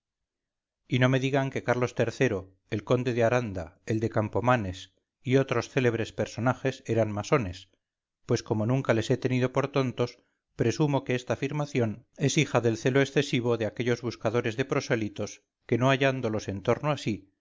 y no me digan que carlos iii el conde de aranda el de campomanes y otros célebres personajes eran masones pues como nunca les he tenido por tontos presumo que esta afirmación es hija del celo excesivo de aquellos buscadores de prosélitos que no hallándolos en torno a